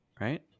right